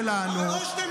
בואו נראה.